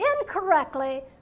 incorrectly